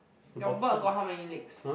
your bug got how many legs